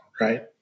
Right